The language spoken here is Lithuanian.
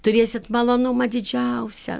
turėsit malonumą didžiausią